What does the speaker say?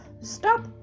Stop